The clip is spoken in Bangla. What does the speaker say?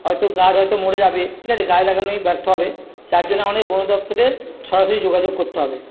হয়তো গাছ হয়তো মরে যাবে ঠিক আছে গাছ লাগানোই ব্যর্থ হবে তার জন্যে আমাদের বনদপ্তরে সরাসরি যোগাযোগ করতে হবে